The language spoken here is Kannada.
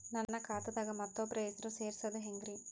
ನನ್ನ ಖಾತಾ ದಾಗ ಮತ್ತೋಬ್ರ ಹೆಸರು ಸೆರಸದು ಹೆಂಗ್ರಿ?